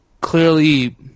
clearly